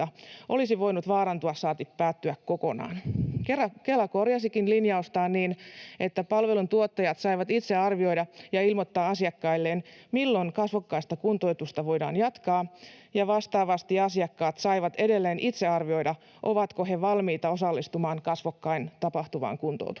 olisi voinut vaarantua, saati päättyä kokonaan. Kela korjasikin linjaustaan niin, että palveluntuottajat saivat itse arvioida ja ilmoittaa asiakkailleen, milloin kasvokkaista kuntoutusta voidaan jatkaa, ja vastaavasti asiakkaat saivat edelleen itse arvioida, ovatko he valmiita osallistumaan kasvokkain tapahtuvaan kuntoutukseen.